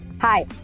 hi